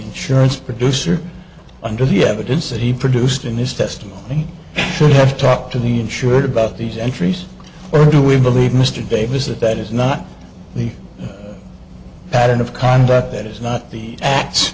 insurance producer under the evidence that he produced in his testimony should have talked to the insured about these entries or do we believe mr davis that that is not the pattern of conduct that is not the act